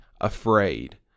afraid